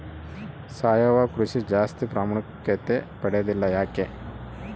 ಸಾವಯವ ಕೃಷಿ ಜಾಸ್ತಿ ಪ್ರಾಮುಖ್ಯತೆ ಪಡೆದಿಲ್ಲ ಯಾಕೆ?